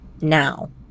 now